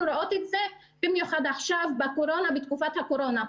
רואות את זה במיוחד עכשיו בתקופת הקורונה.